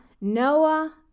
Noah